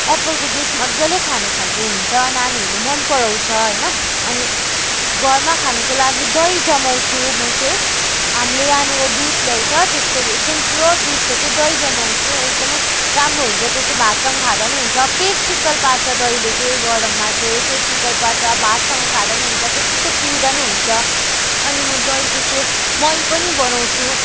एप्पलको जुस मजाले खाने खालको हुन्छ नानीहरूले मनपराउँछ होइन अनि घरमा खानुको लागि दही जमाउँछु म चाहिँ हामीले यहाँनिर दुध ल्याउँछ त्यसको एकदम प्योर दुधको चाहिँ दही जमाउँछु एकदमै राम्रो हुन्छ त्यो चाहिँ भातसँग खाँदा पनि हुन्छ पेट शीतल पार्छ दहीले चाहिँ गरममा चाहिँ पेट शीतल पार्छ भातसँग खाँदा पनि हुन्छ त्यत्तिकै पिउँदा पनि हुन्छ अनि म दही पछि मही पनि बनाउँछु